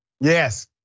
Yes